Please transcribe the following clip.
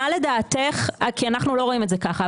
אנחנו לא רואים את זה ככה,